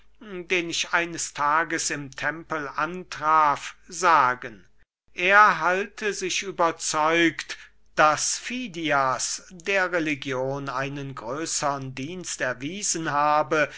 den ich eines tages im tempel antraf sagen er halte sich überzeugt daß fidias der religion einen größern dienst erwiesen habe